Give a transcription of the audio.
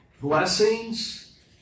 blessings